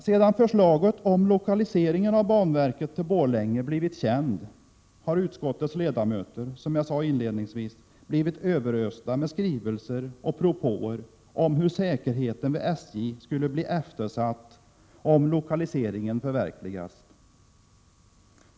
Sedan förslaget om lokaliseringen av banverket till Borlänge blivit känt har utskottets ledamöter, såsom jag inledningsvis sade, blivit överösta med skrivelser om hur säkerheten vid SJ skulle bli eftersatt om lokaliseringen förverkligades.